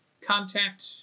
contact